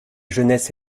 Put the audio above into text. jeunesse